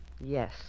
Yes